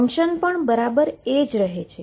function પણ બરાબર એ જ રહે છે